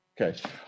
Okay